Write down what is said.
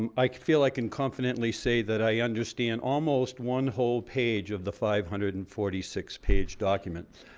um i feel i can confidently say that i understand almost one whole page of the five hundred and forty six page documents